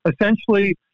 Essentially